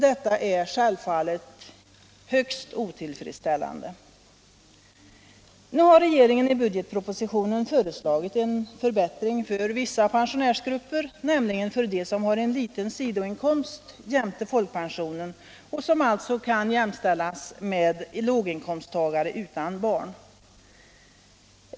Detta är självfallet högst otillfredsställande. Nu har regeringen i budgetpropositionen föreslagit en förbättring för vissa pensionärsgrupper — nämligen för dem som har en liten sidoinkomst jämte folkpensionen och som alltså kan jämställas med låginkomsttagare utan barn.